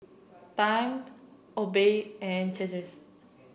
Time Obey and